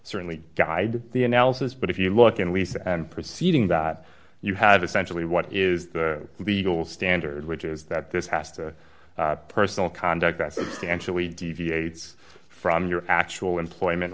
certainly guide the analysis but if you look and we said and preceding that you had essentially what is the legal standard which is that this has to personal conduct that substantially deviates from your actual employment